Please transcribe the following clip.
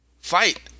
fight